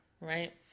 right